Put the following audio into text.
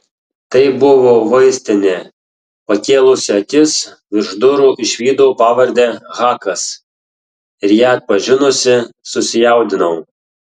tai buvo vaistinė pakėlusi akis virš durų išvydau pavardę hakas ir ją atpažinusi susijaudinau